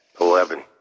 Eleven